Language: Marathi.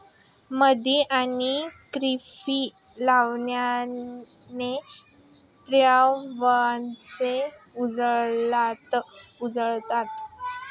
मध आणि कॉफी लावल्याने त्वचा उजळते